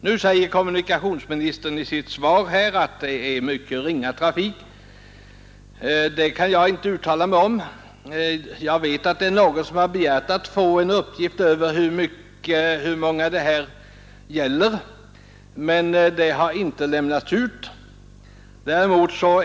Nu säger kommunikationsministern i sitt svar att det här rör sig om ett ringa antal lokala resor. Det kan jag inte uttala mig om. Jag vet att man har begärt uppgift om hur många resor det gäller men sådana uppgifter har inte lämnats ut.